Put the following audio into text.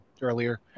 earlier